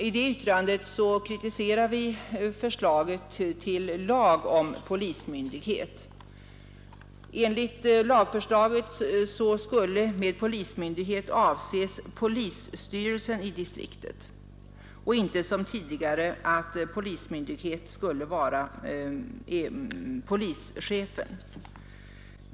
I det yttrandet kritiserar vi förslaget till lag om polismyndighet. Enligt lagförslaget skulle med polismyndighet avses polisstyrelsen i distriktet och inte, som tidigare, polischefen.